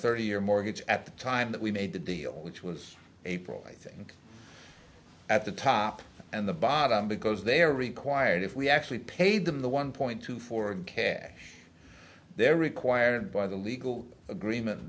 thirty year mortgage at the time that we made the deal which was april i think at the top and the bottom because they are required if we actually paid them the one point two four care they're required by the legal agreement